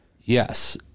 yes